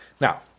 now